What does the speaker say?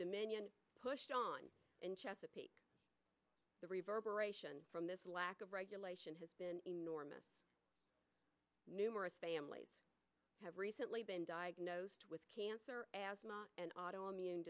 dominion pushed on in chesapeake the reverberation from this lack of regulation has been enormous numerous families have recently been diagnosed with cancer asthma and auto immune